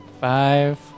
Five